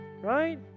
right